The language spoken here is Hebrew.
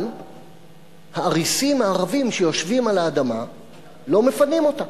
אבל האריסים הערבים שיושבים על האדמה לא מפנים אותה,